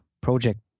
project